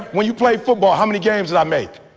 when you played football, how many games did i make?